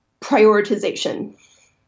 prioritization